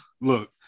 Look